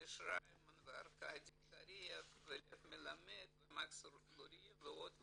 -- וארקדי קרייב ולב מלמד ומקס לוריא ועוד ועוד.